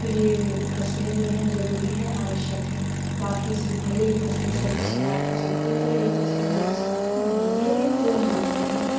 तो ये फसलें जो है जरुरी हैं आवश्यक हैं बाकि से भले ही फसलें सब समाप्त हो सकती हैं पर ये फसल जल्दी समाप्त नहीं होंगी और ये होंगी ही नहीं